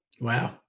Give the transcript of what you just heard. Wow